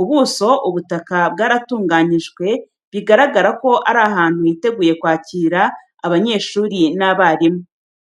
Ubuso, ubutaka bwaratunganyijwe, bigaragara ko ari ahantu hiteguye kwakira abanyeshuri n’abarimu.